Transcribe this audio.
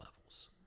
levels